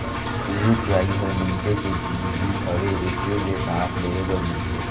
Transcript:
रुख राई हर मइनसे के जीनगी हवे एखरे ले सांस लेहे बर मिलथे